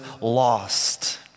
lost